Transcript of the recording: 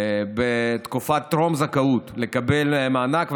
בתקופת טרום הזכאות לקבל מענק,